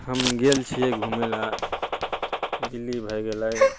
हम गेल छियै घूमैले दिल्ली भए गेलै